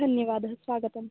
धन्यवादः स्वागतम्